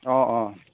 অঁ অঁ